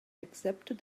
accepted